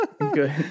Good